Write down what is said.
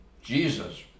Jesus